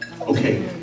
okay